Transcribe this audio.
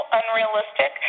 unrealistic